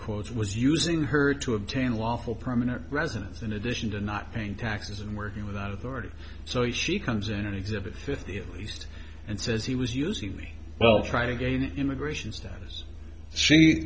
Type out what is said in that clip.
quote was using her to obtain lawful permanent residence in addition to not paying taxes and working with that authority so if she comes in and exhibit fifty east and says he was using well trying again immigration status she